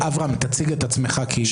אברהם, תציג את עצמך, בבקשה.